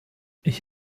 ich